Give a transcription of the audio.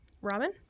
Robin